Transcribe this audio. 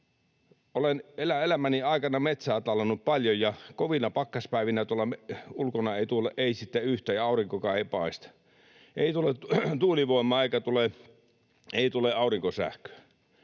Olen elämäni aikana metsää tallannut paljon, ja kovina pakkaspäivinä tuolla ulkona ei tuule ei sitten yhtään, ja aurinkokaan ei paista — ei tule tuulivoimaa, eikä tule aurinkosähköä.